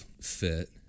fit